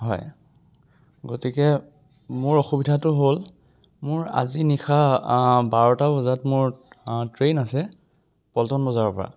হয় গতিকে মোৰ অসুবিধাটো হ'ল মোৰ আজি নিশা বাৰটা বজাত মোৰ ট্ৰেইন আছে পল্টন বজাৰৰ পৰা